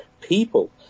people